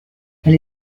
elle